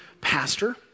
pastor